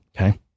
Okay